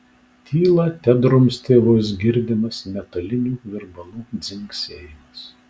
tylą tedrumstė vos girdimas metalinių virbalų dzingsėjimas